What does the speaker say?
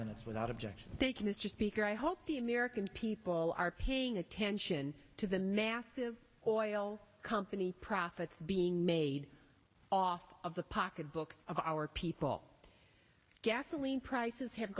minutes without objection they can mr speaker i hope the american people are paying attention to the massive oil company profits being made off of the pocketbook of our people gasoline prices have